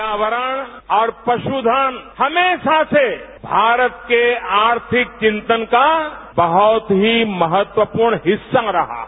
पर्यावरण और पशुधन हमेशा से भारत के आर्थिक विंतन का बहुत ही महत्वपूर्ण हिस्सा रहा है